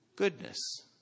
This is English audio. goodness